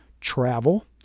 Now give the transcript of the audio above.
travel